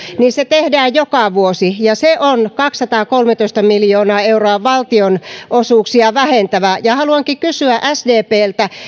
tehdään joka vuosi ja se on kaksisataakolmetoista miljoonaa euroa valtionosuuksia vähentävä ja haluankin kysyä sdpltä